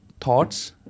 thoughts